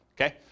Okay